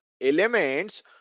elements